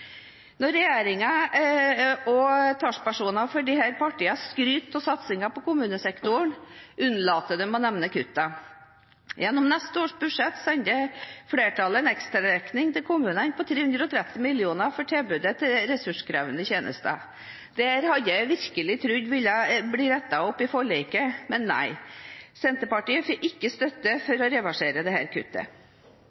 Når regjeringen og talspersoner for disse partiene skryter av satsingen på kommunesektoren, unnlater de å nevne kuttene. Gjennom neste års budsjett sender flertallet en ekstraregning til kommunene på 330 mill. kr for tilbudet til ressurskrevende tjenester. Dette hadde jeg virkelig trodd ville bli rettet opp i forliket. Men nei, Senterpartiet får ikke støtte